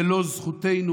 ללא זכותנו